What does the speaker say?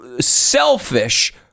selfish